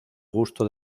gusto